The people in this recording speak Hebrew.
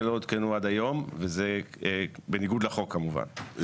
לא הותקנו עד היום וזה כמובן בניגוד לחוק.